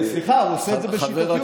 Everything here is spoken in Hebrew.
סליחה, הוא עושה את זה בשיטתיות.